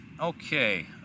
okay